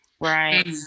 right